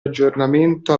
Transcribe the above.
aggiornamento